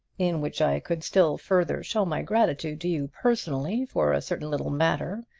in which i could still further show my gratitude to you personally for a certain little matter,